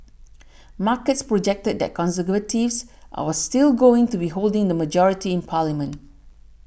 markets projected that Conservatives our still going to be holding the majority in parliament